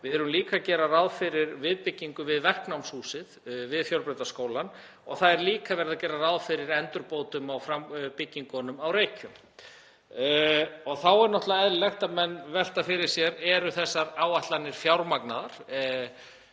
Við erum líka að gera ráð fyrir viðbyggingu við verknámshúsið við fjölbrautaskólann og það er líka gert ráð fyrir endurbótum á byggingunum á Reykjum. Þá er náttúrlega eðlilegt að menn velti fyrir sér: Eru þessar áætlanir fjármagnaðar?